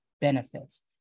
benefits